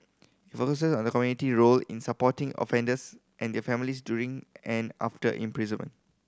it focuses on the community role in supporting offenders and their families during and after imprisonment